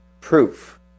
proof